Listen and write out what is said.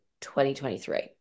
2023